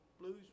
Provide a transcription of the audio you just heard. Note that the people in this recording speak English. blues